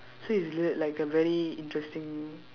so he's l~ like a very interesting